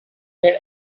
read